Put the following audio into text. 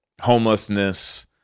homelessness